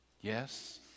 yes